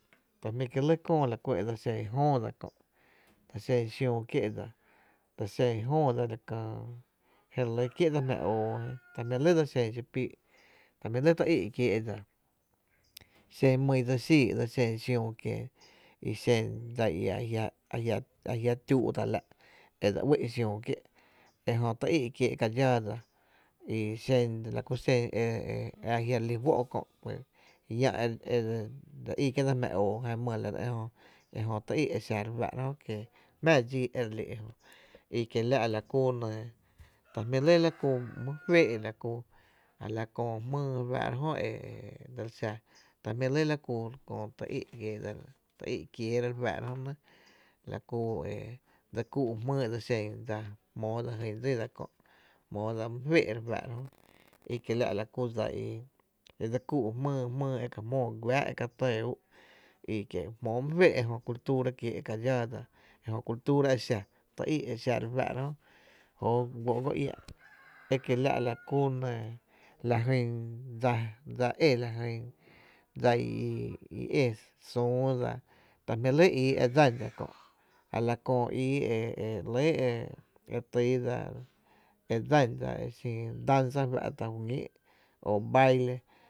Ta jmí’ kié’ lɇ la ku e dseli xen jóo dsa kö’ dseli xen xiüü kié’ dsa dsel xen jöo dsa la kää je re lɇ kié’ dsa jmáá oo ta jmí lɇ dse xen xii’ píi’ ta jmí’ lɇ tý í’ kiee’ dsa xen mý i dse xíi e dse xen xiüü kien i xen dsa i ajia’, ajia’ a jia’ tüü’ tá’ la’ e dse uí’ xiüü kié’ ejö tý í’ kiee’ dsa ka dxáá dsa i xen la ku xen i e jia’ re lí fó’ kö’ llⱥ’ e dse í kié’dsa jmⱥⱥ oo kö’ jan mý e la dse ejö, e jö tý í’ e xa ra fáá’ra jö ki jmáá dxii e re lí ejö, i kiela’ la kú enɇ ta jmí’ lɇ la ku mý féé’ la ku a la köö jmýy re fáá’ra jö xa ta jmí’ lɇ la köö tý í’ kiee’ dsa, tý í’ kieera re fáá’ra jö la kúe e dse kí’ jmýy e dse li xen dsa e jmóo dsa jyn dsí dsa kö’ jmóo dsa mý feé´’ re fáá’ra jö i kie’ la’ laku dsa i dse kú’n la ku jmýy e jmóo güáá’ e ka tɇɇ ú’ e kie’ jmóo my féé’ e jö cultura kie’ ka dxáa dsa jö cultura e xa, tý í’ e xa refáá’ra jö jóo guóó’ go iä’ e kiela’ la kú nɇɇ e xen dsa é lajyn dsa i é’ süü e ta jmí’ lɇ ii e dsan kö’ a la köö ii e re lɇ e tyy dsa e dsa dsa e xin danza fá’tá’ juñíi’ o baile.